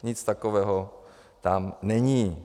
Nic takového tam není.